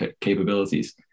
capabilities